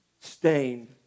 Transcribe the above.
stained